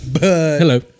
Hello